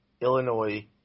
Illinois